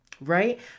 right